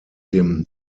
dem